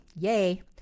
Yay